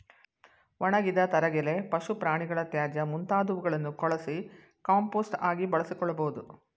ಒಣಗಿದ ತರಗೆಲೆ, ಪಶು ಪ್ರಾಣಿಗಳ ತ್ಯಾಜ್ಯ ಮುಂತಾದವುಗಳನ್ನು ಕೊಳಸಿ ಕಾಂಪೋಸ್ಟ್ ಆಗಿ ಬಳಸಿಕೊಳ್ಳಬೋದು